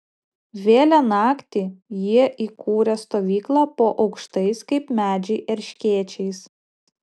vėlią naktį jie įkūrė stovyklą po aukštais kaip medžiai erškėčiais